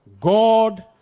God